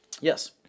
Yes